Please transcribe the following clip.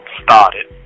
started